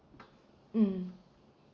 mm